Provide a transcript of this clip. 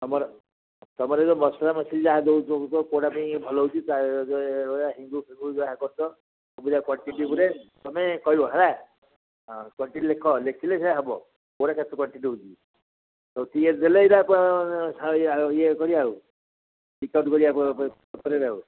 ତୁମର ତୁମର ଯେଉଁ ମସଲା ମସଲି ଯାହା ଦେଉଛ କେଉଁଟା ପାଇଁ ଭଲ ହେଉଛି ହିଙ୍ଗୁ ଫିଙ୍ଗୁ ଯାହା କରୁଛ ସବୁଗୁଡ଼ା କ୍ଵାଣ୍ଟିଟି ଉପରେ ତୁମେ କହିବ ହେଲା କ୍ଵାଣ୍ଟିଟି ଲେଖ ଲେଖିଲେ ସେ ହବ କେଉଁଟା କେତେ କ୍ୱାଣ୍ଟିଟି ହେଉଛି ଆଉ ଠିକ୍ ରେଟ୍ ଦେଲେ ଏଇଟା ଇଏ କରିବା ଆଉ ଡିସକାଉଣ୍ଟ କରିବା ପଛରେ ଆଉ